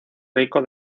rico